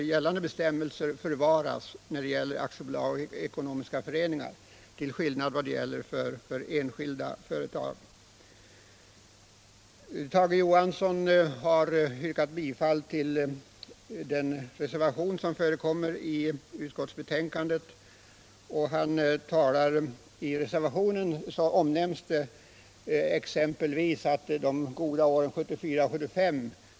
Johan Olsson berörde tryggheten i anställningen, och det kan naturligtvis vara intressant.